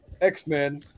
X-Men